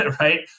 right